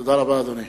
תודה רבה, אדוני.